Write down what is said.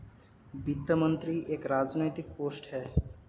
वित्त मंत्री एक राजनैतिक पोस्ट है